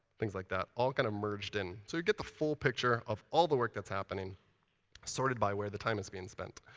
things like that, all kind of merged in. so you get the full picture of all the work that's happening sorted by where the time is being spent.